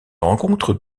rencontre